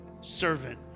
servant